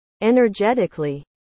Energetically